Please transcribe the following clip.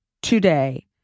today